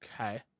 Okay